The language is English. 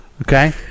Okay